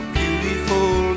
beautiful